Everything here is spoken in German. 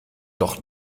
doch